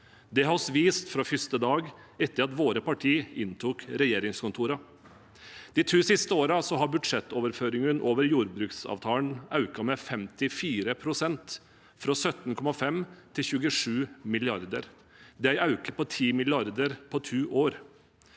Det har vi vist fra første dag etter at våre partier inntok regjeringskontorene. De to siste årene har budsjettoverføringene over jordbruksavtalen økt med 54 pst., fra 17,5 mrd. kr til 27 mrd. kr. Det er en økning på 10 mrd. kr på to år.